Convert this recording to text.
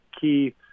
key